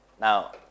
Now